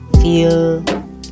feel